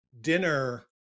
dinner